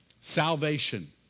salvation